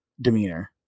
demeanor